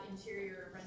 interior